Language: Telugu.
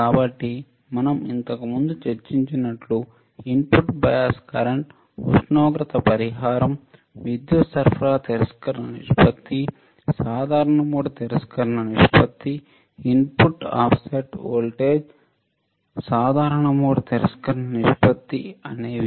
కాబట్టి మనం ఇంతకుముందు చర్చించినట్లు ఇన్పుట్ బయాస్ కరెంట్ ఉష్ణోగ్రత పరిహారం విద్యుత్ సరఫరా తిరస్కరణ నిష్పత్తి సాధారణ మోడ్ తిరస్కరణ నిష్పత్తి ఇన్పుట్ ఆఫ్సెట్ వోల్టేజ్ CMRR సాధారణ మోడ్ తిరస్కరణ నిష్పత్తి అనేవి